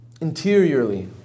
interiorly